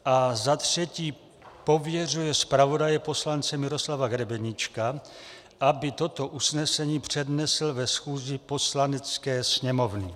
A za třetí, pověřuje zpravodaje Miroslava Grebeníčka, aby toto usnesení přednesl ve schůzi Poslanecké sněmovny.